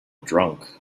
drunk